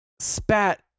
spat